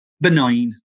benign